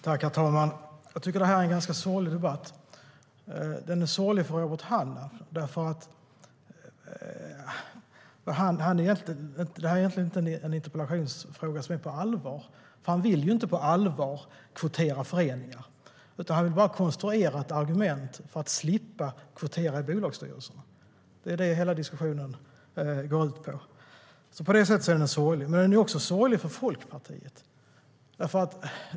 Herr talman! Jag tycker att det här är en ganska sorglig debatt. Den är sorglig för Robert Hannah, för det här är egentligen inte en interpellationsfråga som är på allvar. Han vill nämligen inte på allvar kvotera föreningar, utan han vill konstruera ett argument för att slippa kvotera i bolagsstyrelser. Det är det hela diskussionen går ut på, och på det sättet är den sorglig. Diskussionen är också sorglig för Folkpartiet.